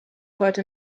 heute